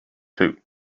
two